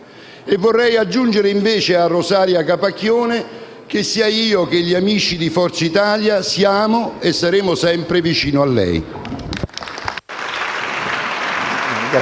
vorrei aggiungere invece a Rosaria Capacchione che, sia io che gli amici di Forza Italia, siamo e saremo sempre vicini a lei.